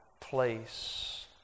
place